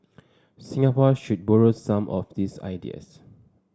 Singapore should borrow some of these ideas